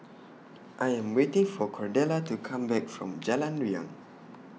I Am waiting For Cordella to Come Back from Jalan Riang